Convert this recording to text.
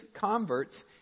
converts